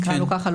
נקרא לו ככה,